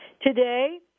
today